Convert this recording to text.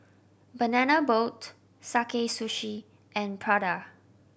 Banana Boat Sakae Sushi and Prada